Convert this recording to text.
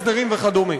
הסדרים וכדומה.